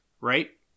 right